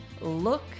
look